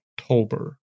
October